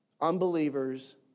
unbelievers